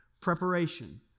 preparation